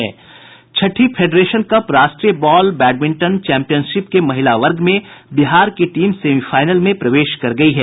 छठी federation cup राष्ट्रीय ball badminton championship के महिला वर्ग में बिहार की टीम सेमीफाइनल में प्रवेश कर गयी है